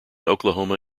oklahoma